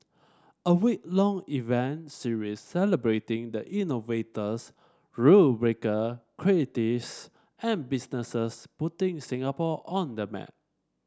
a week long event series celebrating the innovators rule breaker creatives and businesses putting Singapore on the map